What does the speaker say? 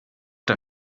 der